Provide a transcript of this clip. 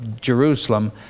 Jerusalem